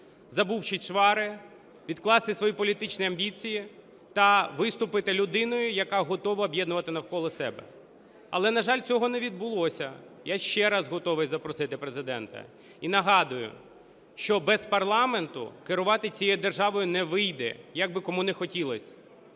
забувши чвари, відкласти свої політичні амбіції та виступити людиною, яка готова об'єднувати навколо себе. Але, на жаль, цього не відбулося. Я ще раз готовий запросити Президента, і нагадую, що без парламенту керувати цією державою не вийде, як би кому не хотілось.